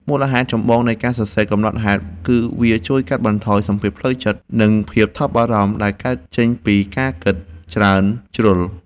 មូលហេតុចម្បងនៃការសរសេរកំណត់ហេតុ គឺវាជួយកាត់បន្ថយសម្ពាធផ្លូវចិត្ត និងភាពថប់បារម្ភដែលកើតចេញពីការគិតច្រើនជ្រុល។